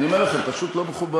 אני אומר לכם, פשוט לא מכובד.